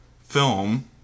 film